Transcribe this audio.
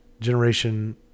generation